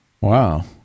Wow